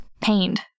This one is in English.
pained